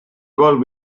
vol